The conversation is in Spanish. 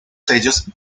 sellos